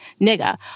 nigga